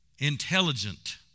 intelligent